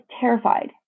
terrified